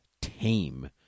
tame